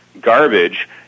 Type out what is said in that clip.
garbage